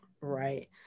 right